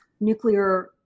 nuclear